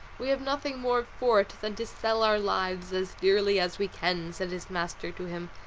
we have nothing more for it than to sell our lives as dearly as we can, said his master to him,